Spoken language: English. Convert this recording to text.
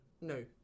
no